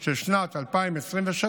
של שנת 2023,